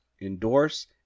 endorse